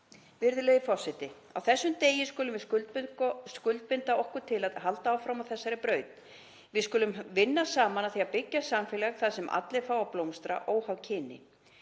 Virðulegi forseti. Á þessum degi skulum við skuldbinda okkur til að halda áfram á þessari braut. Við skulum vinna saman að því að byggja samfélag þar sem allir fá að blómstra óháð kyni.